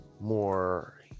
more